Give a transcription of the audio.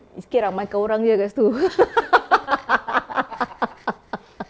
riskin ramaikan orang jer kat situ